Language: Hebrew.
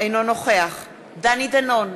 אינו נוכח דני דנון,